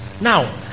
Now